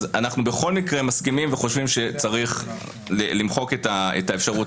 אנחנו בכל מקרה מסכימים וחושבים שצריך למחוק את האפשרות